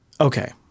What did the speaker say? Okay